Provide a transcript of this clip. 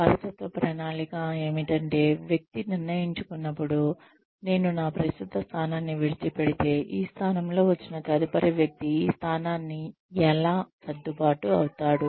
వారసత్వ ప్రణాళిక ఏమిటంటే వ్యక్తి నిర్ణయించుకున్న పుడు నేను నా ప్రస్తుత స్థానాన్ని విడిచిపెడితే ఈ స్థానంలో వచ్చిన తదుపరి వ్యక్తి ఈ స్థానానికి ఎలా సర్దుబాటు అవుతాడు